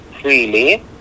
freely